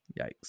yikes